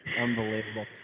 Unbelievable